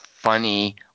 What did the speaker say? funny